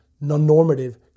non-normative